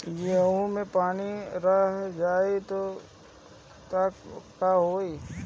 गेंहू मे पानी रह जाई त का होई?